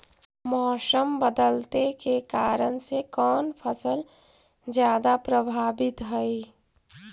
मोसम बदलते के कारन से कोन फसल ज्यादा प्रभाबीत हय?